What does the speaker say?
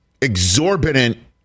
exorbitant